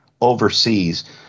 overseas